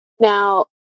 Now